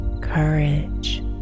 courage